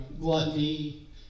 gluttony